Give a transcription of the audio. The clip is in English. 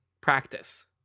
Practice